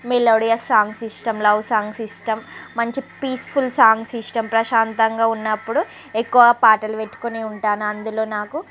melodious songs ఇష్టం love songs ఇష్టం మంచి పీస్ఫుల్ సాంగ్స్ ఇష్టం ప్రశాంతంగా ఉన్నప్పుడు ఎక్కువ పాటలు పెట్టుకోని ఉంటాను అందులో నాకు